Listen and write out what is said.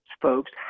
folks